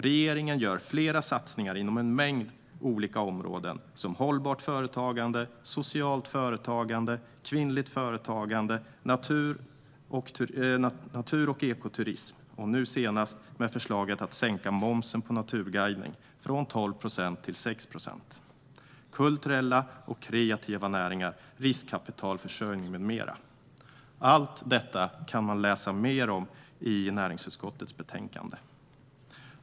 Regeringen gör fler satsningar inom en mängd olika områden som hållbart företagande, socialt företagande, kvinnligt företagande, natur och ekoturism - nu senast med förslaget att sänka momsen på naturguidning från 12 till 6 procent - kulturella och kreativa näringar, riskkapitalförsörjning med mera. Allt detta kan man läsa mer om i näringsutskottets betänkande.